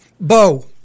Bo